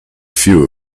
few